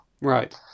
right